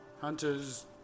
hunter's